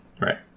Right